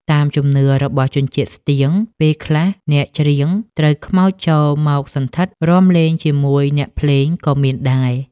តាមជំនឿរបស់ជនជាតិស្ទៀងពេលខ្លះអ្នកច្រៀងត្រូវខ្មោចចូលមកសណ្ឋិត រាំលេងជាមួយអ្នកភ្លេងក៏មានដែរ។